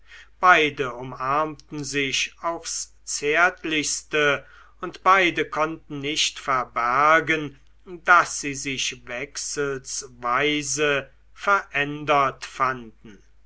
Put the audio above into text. beide umarmten sich aufs zärtlichste und beide konnten nicht verbergen daß sie sich wechselsweise verändert fanden